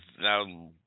Now